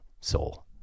soul